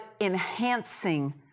enhancing